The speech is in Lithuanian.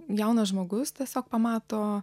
jaunas žmogus tiesiog pamato